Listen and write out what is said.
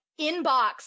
inbox